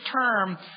term